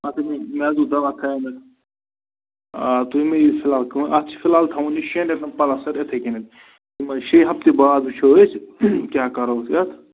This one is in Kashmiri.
اَتھ ہَے مےٚ میادُک دوا تھاوِو مےٚ آ تُہۍ مہٕ ہیٚیِو فِلحال کٔہٕنٛۍ اَتھ چھِ فِلحال تھاوُن یہِ شیٚن ریٚتَن پَلَستَر یِتھٕے کَنٮ۪تھ یِمَن شیٚیہِ ہفتہٕ بعد وُچھَو أسۍ کیٛاہ کَرو أسۍ اَتھ